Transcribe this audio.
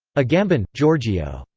agamben, giorgio.